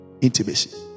intimacy